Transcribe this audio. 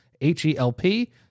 h-e-l-p